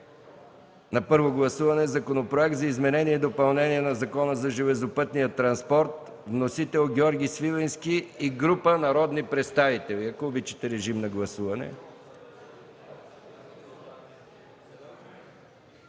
на първо гласуване Законопроекта за изменение и допълнение на Закона за железопътния транспорт. Вносител – Георги Свиленски и група народни представители. Гласували